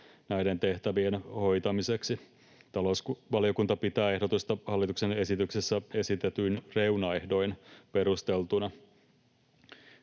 näiden tehtävien hoitamiseksi. Talousvaliokunta pitää ehdotusta hallituksen esityksessä esitetyin reunaehdoin perusteltuna.